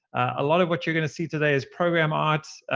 a lot of what you're going to see today is program art.